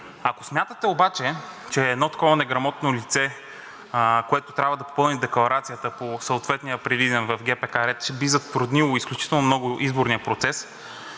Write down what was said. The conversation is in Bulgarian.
Ако смятате обаче, че едно такова неграмотно лице, което трябва да попълни декларацията по съответния предвиден в ГПК ред, би затруднило изключително много изборния процес,